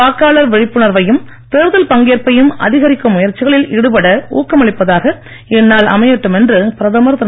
வாக்காளர் விழிப்புணர்வையும் தேர்தல் பங்கேற்பையும் அதிகரிக்கும் முயற்சிகளில் ஈடுபட ஊக்கமளிப்பதாக இந்நாள் அமையட்டும் என்று பிரதமர் திரு